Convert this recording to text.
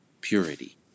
purity